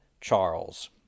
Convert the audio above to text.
Charles